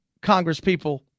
Congresspeople